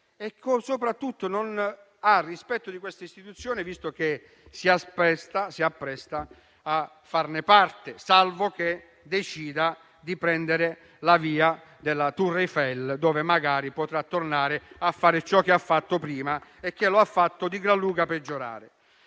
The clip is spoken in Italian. Ma soprattutto, non ha rispetto di questa istituzione, visto che si appresta a farne parte, salvo che decida di prendere la via della Tour Eiffel, dove magari potrà tornare a fare ciò che ha fatto prima e che lo ha fatto di gran lunga peggiorare.